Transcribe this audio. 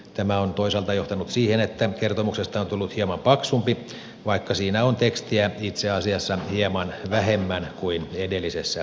tämä on toisaalta johtanut siihen että kertomuksesta on tullut hieman paksumpi vaikka siinä on tekstiä itse asiassa hieman vähemmän kuin edellisessä kertomuksessa